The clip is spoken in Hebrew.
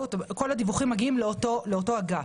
בחקלאות כל הדיווחים מגיעים לאותו אגף.